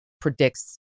predicts